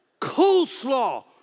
coleslaw